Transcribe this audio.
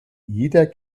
jeder